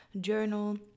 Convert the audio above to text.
journal